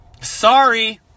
Sorry